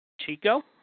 Chico